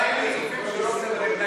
היושב-ראש,